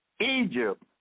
Egypt